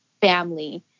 family